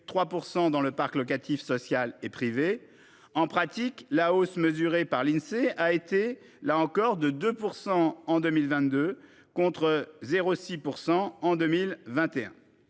% dans le parc locatif social et privé. En pratique, la hausse mesurée par l'Insee a été de 2 % en 2022, contre 0,6 % en 2021.